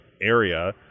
area